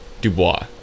Dubois